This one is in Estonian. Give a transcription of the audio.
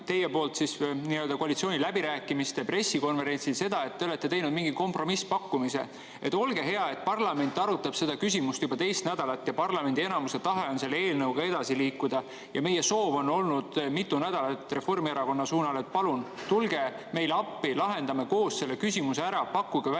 me kuulsime teilt koalitsiooniläbirääkimiste pressikonverentsil seda, et te olete teinud mingi kompromisspakkumise. Olge hea – parlament arutab seda küsimust juba teist nädalat ja parlamendi enamuse tahe on selle eelnõuga edasi liikuda ja meie soov on olnud mitu nädalat Reformierakonna suunal, et palun tulge meile appi, lahendame koos selle küsimuse ära, pakkuge välja